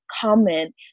comment